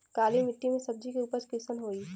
काली मिट्टी में सब्जी के उपज कइसन होई?